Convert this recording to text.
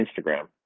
instagram